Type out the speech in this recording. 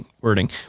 wording